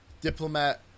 diplomat